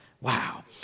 Wow